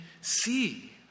see